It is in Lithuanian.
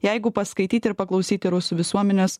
jeigu paskaityti ir paklausyti rusų visuomenės